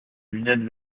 lunettes